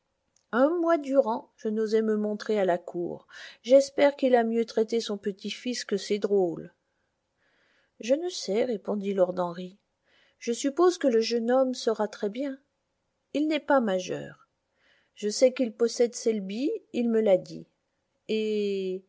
un mois durant je n'osais me montrer à la cour j'espère qu'il a mieux traité son petit-fils que ces drôles je ne sais répondit lord henry je suppose que le jeune homme sera très bien il n'est pas majeur je sais qu'il possède selby il me l'a dit et